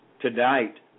Tonight